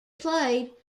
played